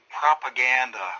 propaganda